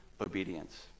obedience